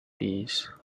these